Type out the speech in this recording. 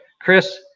Chris